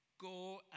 Go